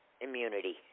immunity